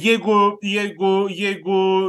jeigu jeigu jeigu